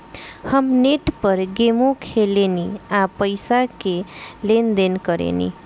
हम नेट पर गेमो खेलेनी आ पइसो के लेन देन करेनी